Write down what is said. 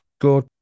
Good